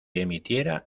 emitiera